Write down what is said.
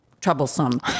troublesome